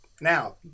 Now